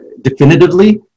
definitively